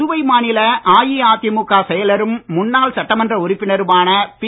புதுவை மாநில அஇஅதிமுக செயலரும் முன்னாள் சட்டமன்ற உறுப்பினருமான பி